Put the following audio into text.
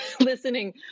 listening